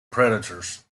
predators